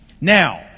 Now